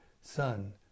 son